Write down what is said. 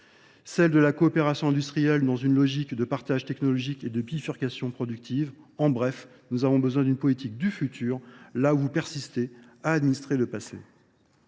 Celle de la coopération industrielle dans une logique de partage technologique et de bifurcation productive. En bref, nous avons besoin d'une politique du futur, là où vous persistez à administrer le passé.